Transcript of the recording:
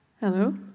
Hello